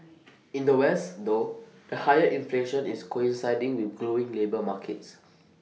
in the west though the higher inflation is coinciding with glowing labour markets